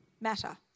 matter